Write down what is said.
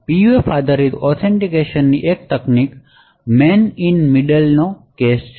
PUF આધારિત ઓથેન્ટિકેશનની એક તકલીફ મેન ઇન મિડલનો કેસ છે